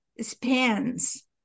spans